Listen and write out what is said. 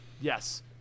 yes